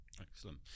excellent